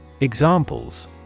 Examples